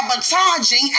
sabotaging